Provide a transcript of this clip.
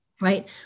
right